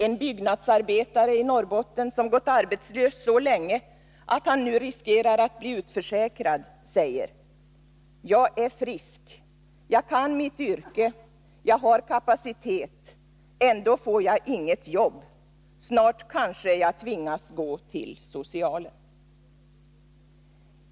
En byggnadsarbetare i Norrbotten, som gått arbetslös så länge att han nu riskerar att bli utförsäkrad, säger: ”Jag är frisk. Jag kan mitt yrke. Jag har kapacitet. Ändå får jag inget jobb. Snart kanske jag tvingas gå till socialen”.